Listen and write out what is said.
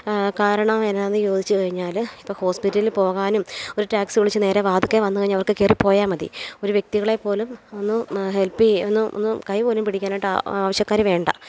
കാരണമെന്നാന്ന് ചോദിച്ചു കഴിഞ്ഞാൽ ഇപ്പം ഹോസ്പിറ്റലിൽ പോകാനും ഒരു ടാക്സി വിളിച്ചു നേരെ വാതുക്കെ വന്നു കഴിഞ്ഞാൽ അവർക്ക് കയറിപ്പോയാൽ മതി ഒരു വ്യക്തികളെ പോലും ഒന്ന് ഹെൽപ്പ് ചെയ്യ് ഒന്നു ഒന്ന് കൈ പോലും പിടിക്കാനായിട്ട് ആ ആവശ്യക്കാർ വേണ്ട